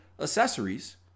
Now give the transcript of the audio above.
accessories